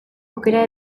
aukera